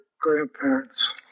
grandparents